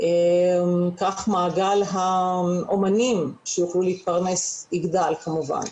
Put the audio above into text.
כך מעגל האומנים שיוכלו להתפרנס יגדל כמובן.